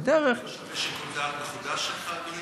הדרך, זה לא שווה שיקול דעת מחודש שלך, אדוני?